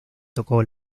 tocó